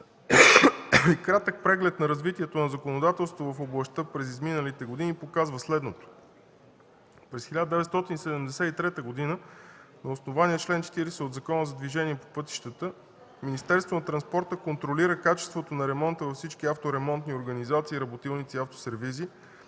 кратък преглед на развитието на законодателството в областта през изминалите години показва следното. През 1973 г. на основание чл. 40 от Закона за движение по пътищата Министерството на транспорта контролира качеството на ремонта във всички авторемонтни организации, работилници и автосервизи,